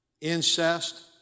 incest